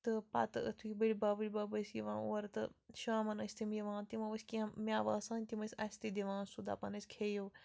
تہٕ پَتہٕ یُتھ ے بٕڈۍ بَب وٕڈۍ بَب ٲسۍ یِوان اورٕ تہٕ شامَن ٲسۍ تِم یِوان تِمَو ٲسۍ کیٚنہہ مَٮ۪وٕ آسان تِم ٲسۍ اَسہِ تہِ دِوان سُہ دپان ٲسۍ کھیٚیِو